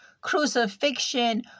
crucifixion